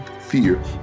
fear